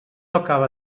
acaba